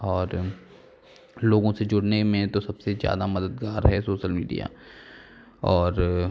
और लोगों से जुड़ने में तो सबसे ज़्यादा मददगार है सोसल मीडिया और